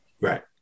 Right